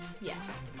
yes